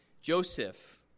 Joseph